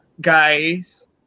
guys